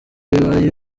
bibaye